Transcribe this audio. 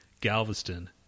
Galveston